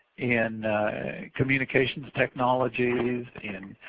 in communications technologies, in